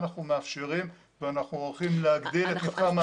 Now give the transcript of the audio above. אנחנו מאפשרים ואנחנו רוצים להגדיל את מתחם ההפגנה.